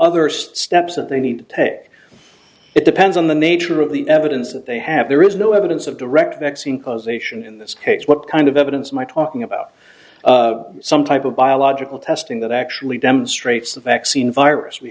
other steps that they need to take it depends on the nature of the evidence that they have there is no evidence of direct vaccine causation in this case what kind of evidence my talking about some type of biological testing that actually demonstrates the vaccine virus we